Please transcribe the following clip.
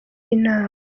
inama